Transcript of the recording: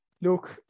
look